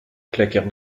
claquèrent